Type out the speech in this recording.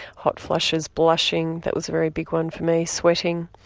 hot flushes, blushing that was a very big one for me sweating,